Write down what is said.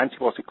antibiotic